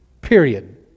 period